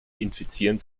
infizieren